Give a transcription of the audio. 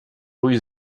ulls